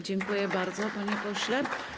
Dziękuję bardzo, panie pośle.